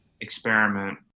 experiment